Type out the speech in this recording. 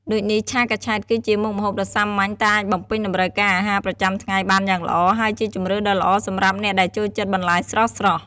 ដូចនេះ ឆាកញ្ឆែត គឺជាមុខម្ហូបដ៏សាមញ្ញ តែអាចបំពេញតម្រូវការអាហារប្រចាំថ្ងៃបានយ៉ាងល្អ ហើយជាជម្រើសដ៏ល្អសម្រាប់អ្នកដែលចូលចិត្តបន្លែស្រស់ៗ។